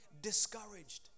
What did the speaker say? discouraged